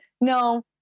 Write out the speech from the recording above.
No